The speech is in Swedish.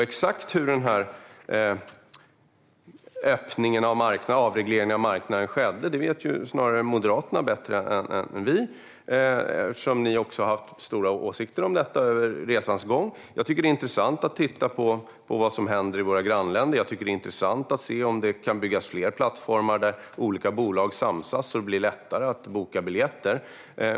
Exakt hur avregleringen av marknaden skedde vet Moderaterna bättre än vi, eftersom ni också har haft starka åsikter om detta under resans gång. Jag tycker att det är intressant att titta på vad som händer i våra grannländer. Det är intressant att se om det kan byggas fler plattformar där olika bolag samsas, så att det blir lättare att boka biljetter.